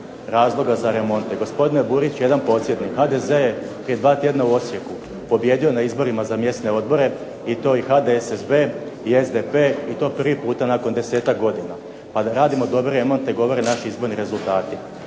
razloga za remonte. Gospodine Burić jedan podsjetnik, HDZ je prije dva tjedna u Osijeku pobijedio na izborima za mjesne odbore i to i HDSSB i SDP i to prvi puta nakon desetak godina pa da radimo dobre remonte govore naši izborni rezultati.